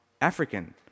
African